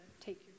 take